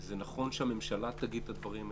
זה נכון שהממשלה תגיד את הדברים האלה,